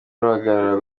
ruhagarara